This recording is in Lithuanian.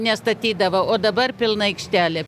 nestatydavo o dabar pilna aikštelė